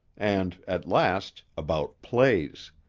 and, at last, about plays.